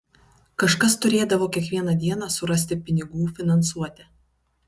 kažkas turėdavo kiekvieną dieną surasti pinigų finansuoti